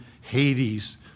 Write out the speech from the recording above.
Hades